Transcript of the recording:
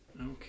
Okay